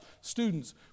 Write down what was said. Students